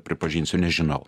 pripažinsiu nežinau